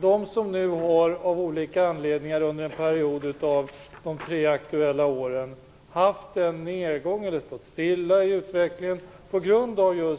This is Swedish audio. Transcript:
De som nu av olika anledningar under en period av de tre aktuella åren har haft en nedgång eller stått stilla i utvecklingen på grund av